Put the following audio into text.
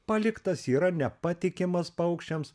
paliktas yra nepatikimas paukščiams